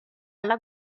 alla